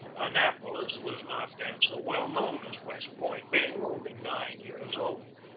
annapolis was not then so well known as west point, being only nine years old.